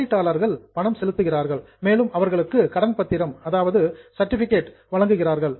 முதலீட்டாளர்கள் பணம் செலுத்துகிறார்கள் மேலும் அவர்களுக்கு கடன் பத்திரம் சர்டிபிகேட் சான்றிதழ் வழங்குகிறார்கள்